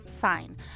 Fine